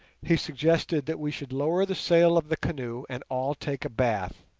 he suggested that we should lower the sail of the canoe and all take a bath,